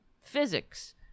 physics